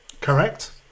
Correct